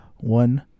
One